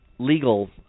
legal